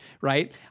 right